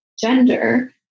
gender